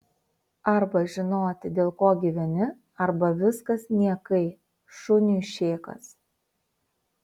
arba žinoti dėl ko gyveni arba viskas niekai šuniui šėkas